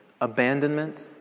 Abandonment